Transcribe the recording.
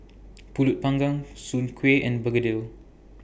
Pulut Panggang Soon Kuih and Begedil